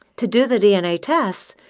to do the dna test,